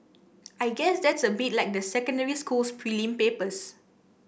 I guess that's a bit like the secondary school's prelim papers